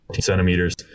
centimeters